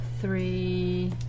Three